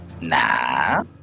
Nah